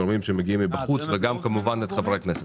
גורמים שמגיעים מבחוץ וגם כמובן את חברי הכנסת.